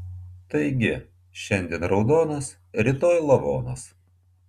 taigi šiandien raudonas rytoj lavonas